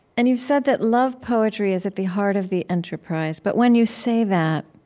and you've said that love poetry is at the heart of the enterprise, but when you say that,